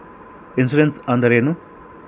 Insurance ಅಂದ್ರೇನು?